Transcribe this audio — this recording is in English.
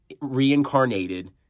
reincarnated